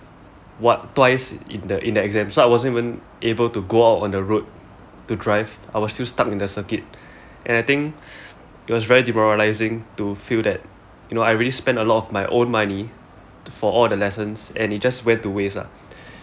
what twice in the in the exam so I wasn't even able to go out on the road to drive I was still stuck in the circuit and I think it was very demoralising to feel that you know I already spent a lot of my own money for all the lessons and it just went to waste lah